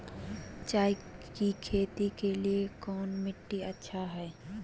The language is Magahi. चाय की खेती के लिए कौन मिट्टी अच्छा हाय?